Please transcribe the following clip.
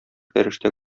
фәрештә